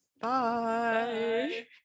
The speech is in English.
Bye